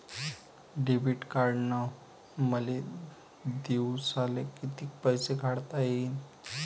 Debit कार्डनं मले दिवसाले कितीक पैसे काढता येईन?